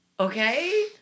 okay